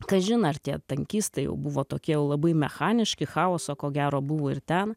kažin ar tie tankistai jau buvo tokie jau labai mechaniški chaoso ko gero buvo ir ten